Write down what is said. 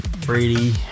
Brady